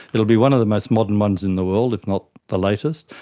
it will be one of the most modern ones in the world, if not the latest.